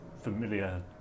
familiar